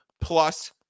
Plus